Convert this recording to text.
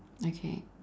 okay